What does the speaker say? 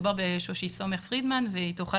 עורכת